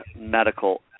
Medical